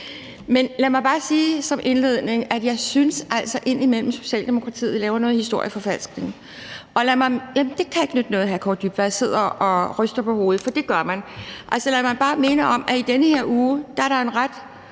Men lad mig bare sige som indledning, at jeg altså indimellem synes, at Socialdemokratiet laver noget historieforfalskning. Det kan ikke nytte noget, at hr. Kaare Dybvad Bek sidder og ryster på hovedet, for det gør man. Altså, lad mig bare minde om, at i den her uge lavede en ret